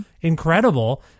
incredible